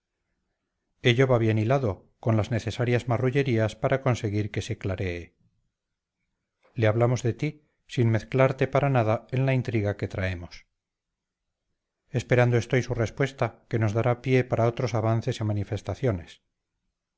ello va bien hilado con las necesarias marrullerías para conseguir que se claree le hablamos de ti sin mezclarte para nada en la intriga que traemos esperando estoy su respuesta que nos dará pie para otros avances y manifestaciones